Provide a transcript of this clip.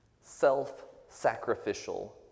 self-sacrificial